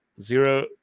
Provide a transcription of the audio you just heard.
zero